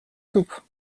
soupe